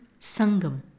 Sangam